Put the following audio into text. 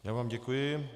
Já vám děkuji.